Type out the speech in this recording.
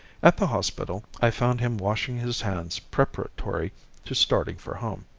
at the hospital i found him washing his hands preparatory to starting for home.